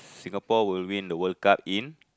Singapore will win the World-Cup in